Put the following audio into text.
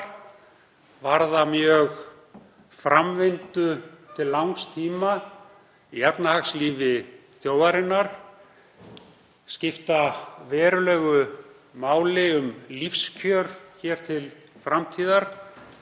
varða mjög framvindu til langs tíma í efnahagslífi þjóðarinnar, skipta verulegu máli um lífskjör hér til framtíðar,